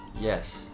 Yes